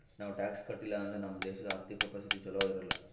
ನಾವ್ ಟ್ಯಾಕ್ಸ್ ಕಟ್ಟಿಲ್ ಅಂದುರ್ ನಮ್ ದೇಶದು ಆರ್ಥಿಕ ಪರಿಸ್ಥಿತಿ ಛಲೋ ಇರಲ್ಲ